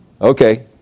Okay